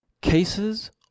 Cases